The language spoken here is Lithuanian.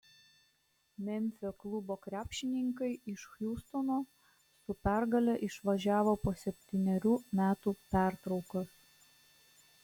memfio klubo krepšininkai iš hjustono su pergale išvažiavo po septynerių metų pertraukos